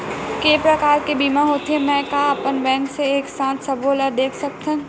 के प्रकार के बीमा होथे मै का अपन बैंक से एक साथ सबो ला देख सकथन?